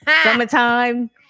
summertime